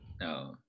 No